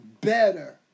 better